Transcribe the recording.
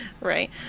Right